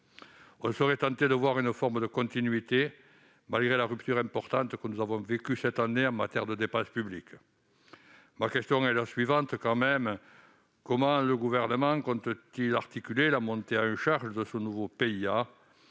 On serait tenté d'y voir une sorte de continuité, malgré la rupture importante que nous avons vécue cette année en matière de dépenses publiques. Comment le Gouvernement compte-t-il articuler la montée en charge de ce nouveau PIA